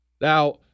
Now